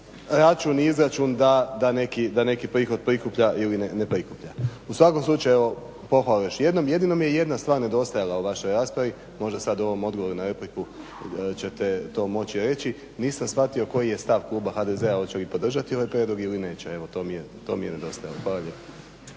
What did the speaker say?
račun i izračun da neki prihod prikuplja ili ne prikuplja. U svakom slučaju pohvala još jednom. Jedino vam je jedna stvar nedostajala u vašoj raspravi možda sada u ovom odgovoru na repliku ćete to moći reći, nisam shvatio koji je stav klub HDZ-a hoće li podržati ovaj prijedlog ili neće. Evo to mi je nedostajalo. Hvala lijepo.